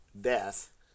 death